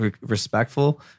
respectful